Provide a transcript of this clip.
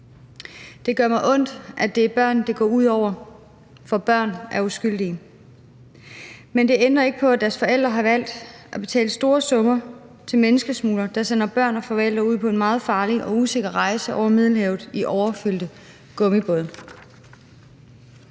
Det gør mig ondt, at det er børn, det går ud over, for børn er uskyldige. Men det ændrer ikke på, at deres forældre har valgt at betale store summer til menneskesmuglere, der sender børn og forældre ud på en meget farlig og usikker rejse over Middelhavet i overfyldte gummibåde.